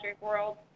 world